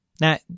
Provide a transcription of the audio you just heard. Now